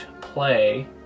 play